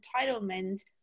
entitlement